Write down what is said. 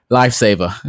lifesaver